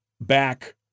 back